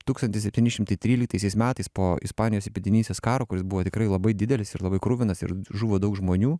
tūkstantis septyni šimtai tryliktaisiais metais po ispanijos įpėdinystės karo kuris buvo tikrai labai didelis ir labai kruvinas ir žuvo daug žmonių